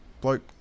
bloke